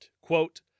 Quote